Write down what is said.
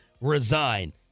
resign